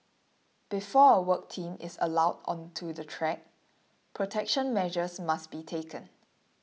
before a work team is allowed onto the track protection measures must be taken